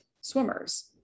swimmers